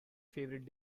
favourite